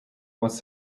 was